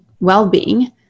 well-being